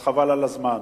אז חבל על הזמן.